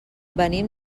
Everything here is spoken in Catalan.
venim